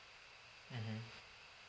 mmhmm